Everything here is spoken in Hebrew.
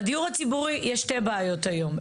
לדיור הציבורי יש שתי בעיות היום,